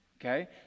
Okay